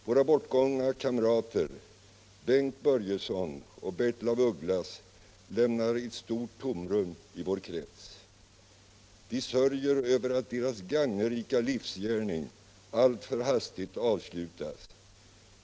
Våra bortgångna kamrater Bengt Börjesson och Bertil af Ugglas lämnar ett stort tomrum i vår krets. Vi sörjer över att deras gagnerika livsgärning alltför hastigt avslutats.